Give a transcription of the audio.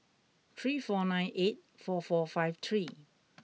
three four nine eight four four five three